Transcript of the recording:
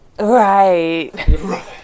Right